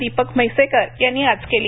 दीपक म्हैसेकर यांनी आज केली